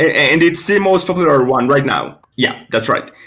and it's the most popular one right now. yeah, that's right.